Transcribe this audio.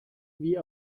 wie